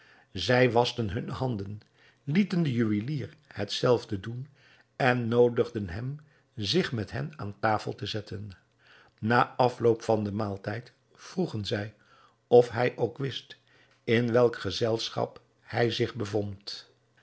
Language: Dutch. zij waschten hunne handen lieten den juwelier het zelfde doen en noodigden hem zich met hen aan tafel te zetten na afloop van den maaltijd vroegen zij of hij ook wist in welk gezelschap hij zich bevond